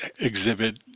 exhibit